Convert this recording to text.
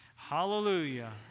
Hallelujah